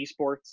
esports